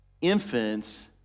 infants